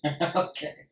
Okay